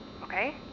okay